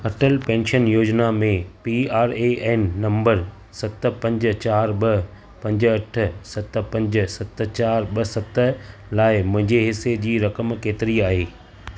Atal pension योजना में P R A N नंबरु सत पंज चारि ॿ पंज अठ सत पंज सत चारि ॿ सत लाइ मुंहिंजे हिस्से जी रक़म केतिरी आहे